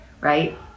right